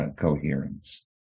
coherence